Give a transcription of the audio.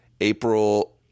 April